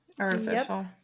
Artificial